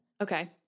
Okay